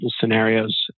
scenarios